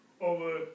over